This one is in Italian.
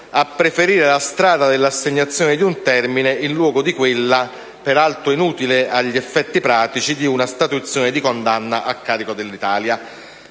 a preferire la strada dell'assegnazione di un termine in luogo di quella, peraltro inutile agli effetti pratici, di una statuizione di condanna a carico dell'Italia.